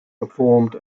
performed